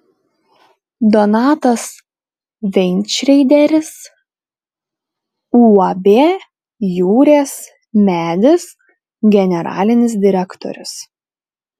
donatas veinšreideris uab jūrės medis generalinis direktorius